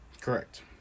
Correct